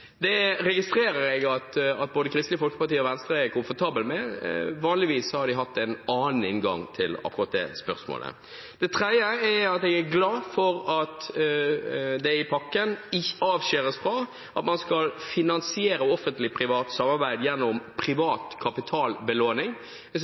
Det registrerer jeg at både Kristelig Folkeparti og Venstre er komfortable med. Vanligvis har de hatt en annen inngang til akkurat det spørsmålet. Det andre er at jeg er glad for at man i pakken blir avskåret fra å finansiere offentlig–privat samarbeid gjennom privat kapitalbelåning.